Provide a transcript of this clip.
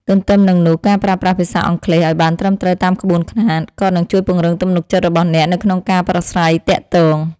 ទន្ទឹមនឹងនោះការប្រើប្រាស់ភាសាអង់គ្លេសឱ្យបានត្រឹមត្រូវតាមក្បួនខ្នាតក៏នឹងជួយពង្រឹងទំនុកចិត្តរបស់អ្នកនៅក្នុងការប្រាស្រ័យទាក់ទង។